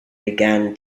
began